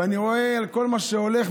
ואני רואה כל מה שהולך,